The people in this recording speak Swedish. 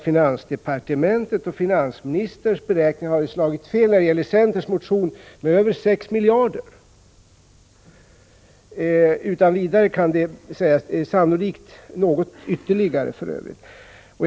Finansdepartementets och finansministerns beräkningar har ju när det gäller centerns motioner slagit fel med väsentligt över 6 miljarder.